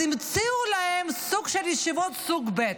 אז המציאו להם סוג של ישיבות סוג ב',